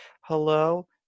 hello